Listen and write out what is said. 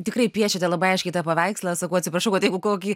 tikrai piešiate labai aiškiai tą paveikslą sakau atsiprašau kad jeigu kokį